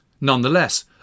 Nonetheless